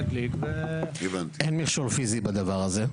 מדליק -- אין מכשור פיזי בדבר הזה,